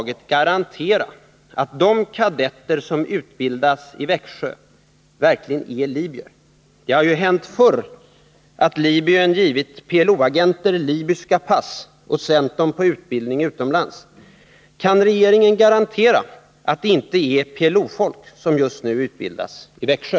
garantera att de kadetter som utbildas i Växjö verkligen är libyer? Det har ju hänt förr att Libyen givit PLO-agenter libyska pass och sänt dem på utbildning utomlands. Kan regeringen garantera att det inte är PLO-folk som just nu utbildas i Växjö?